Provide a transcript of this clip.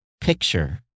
picture